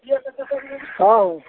हँ